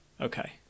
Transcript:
Okay